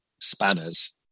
spanners